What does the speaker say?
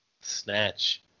Snatch